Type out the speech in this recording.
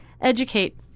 educate